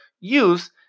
use